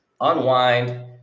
unwind